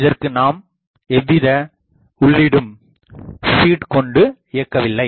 இதற்கு நாம் எவ்விதஉள்ளீடும் கொண்டுஇயக்கவில்லை